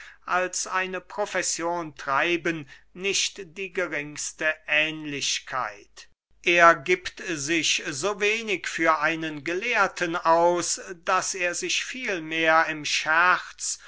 als eine profession treiben nicht die geringste ähnlichkeit er giebt sich so wenig für einen gelehrten aus daß er sich vielmehr im scherz